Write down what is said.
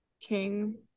king